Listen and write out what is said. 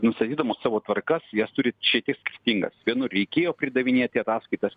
nustatydamos savo tvarkas jas turi šiek tiek skirtingas vienur reikėjo pridavinėti ataskaitas